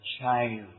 child